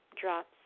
drops